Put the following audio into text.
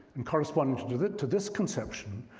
and corresponding to this to this conception,